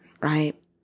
right